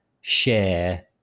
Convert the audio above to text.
share